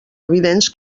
evidents